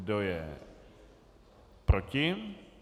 Kdo je proti?